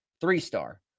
three-star